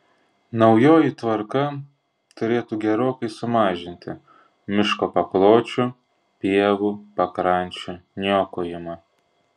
naujoji tvarka turėtų gerokai sumažinti miško pakločių pievų pakrančių niokojimą